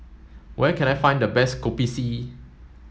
where can I find the best Kopi C